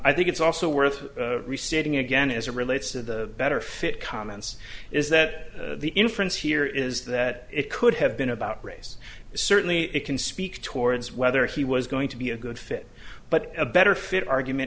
i think it's also worth restating again as a relates to the better fit comments is that the inference here is that it could have been about race certainly it can speak towards whether he was going to be a good fit but a better fit argument